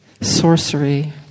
sorcery